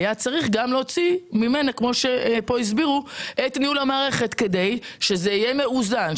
היה צריך להוציא ממנה גם את ניהול המערכת כדי שזה יהיה מאוזן,